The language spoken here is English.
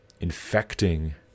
infecting